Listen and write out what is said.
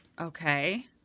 Okay